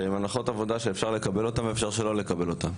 שהן הנחות עבודה שאפשר לקבל אותן ואפשר שלא לקבל אותן,